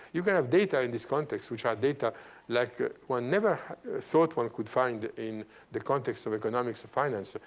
you can have data in this context which are data like ah one never thought one could find in the context of economics or finance,